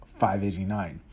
589